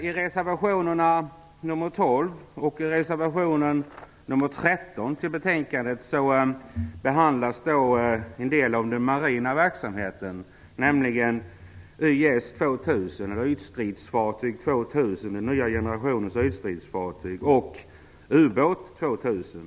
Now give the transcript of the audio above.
I reservationerna nr 12 och nr 13 vid betänkandet behandlas en del av den marina verksamheten, nämligen YS 2000 eller ytstridsfartyg 2000, den nya generationen av ytstridsfartyg, och ubåt 2000.